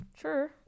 sure